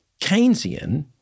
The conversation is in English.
Keynesian